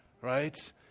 right